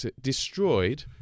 destroyed